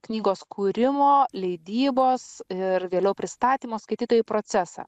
knygos kūrimo leidybos ir vėliau pristatymo skaitytojui procesą